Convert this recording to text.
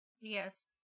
Yes